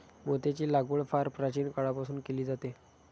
मोत्यांची लागवड फार प्राचीन काळापासून केली जाते